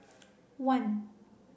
one